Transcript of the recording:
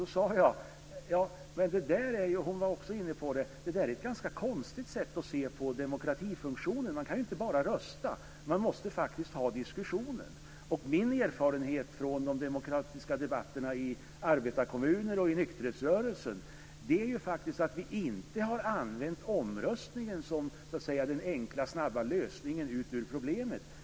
Då sade jag - och hon var också inne på det - att detta är ett ganska konstigt sätt att se på demokratifunktionen. Man kan ju inte bara rösta, utan man måste faktiskt ta diskussionen. Min erfarenhet från de demokratiska debatterna i arbetarkommuner och i nykterhetsrörelsen är att vi inte har använt omröstningen som den enkla, snabba lösningen på problemen.